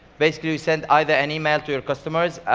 basically, we send either an email to your customers